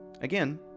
again